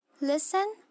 Listen